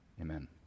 Amen